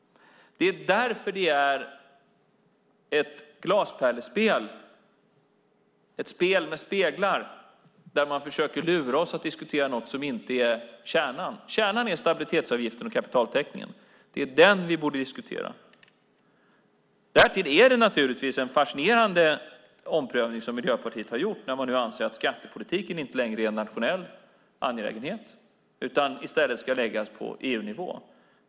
Det är därför det är ett glaspärlespel, ett spel med speglar, där man försöker lura oss att diskutera något som inte är kärnan. Kärnan är stabilitetsavgiften och kapitaltäckningen. Det är den vi borde diskutera. Därtill är det naturligtvis en fascinerande omprövning som Miljöpartiet har gjort när man nu anser att skattepolitiken inte längre är en nationell angelägenhet utan i stället ska läggas på EU-nivå.